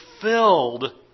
filled